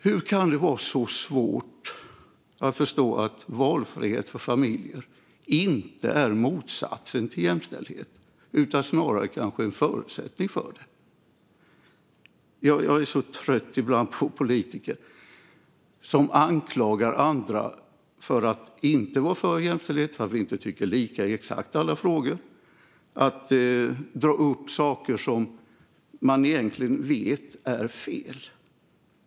Hur kan det vara så svårt att förstå att valfrihet för familjer inte är motsatsen till jämställdhet utan snarare kanske en förutsättning för det? Jag är ibland trött på politiker som anklagar andra för att inte vara för jämställdhet - för att man inte tycker lika i exakt alla frågor. Man drar upp saker som man egentligen vet är fel.